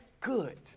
good